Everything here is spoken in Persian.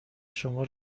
شما